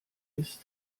ist